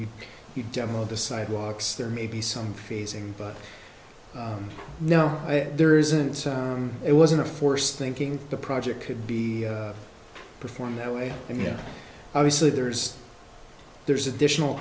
meet you demo the sidewalks there may be some phasing but no there isn't it wasn't a forced thinking the project could be performed that way and you know obviously there's there's additional